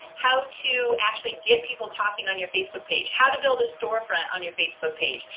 how to actually get people talking on your facebook page, how to build store friend on your facebook page,